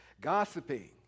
gossiping